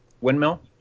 windmill